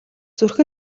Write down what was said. зүрх